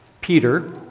Peter